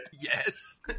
Yes